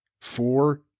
four